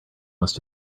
must